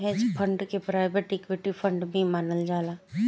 hedge fund के private equity fund भी मानल जाला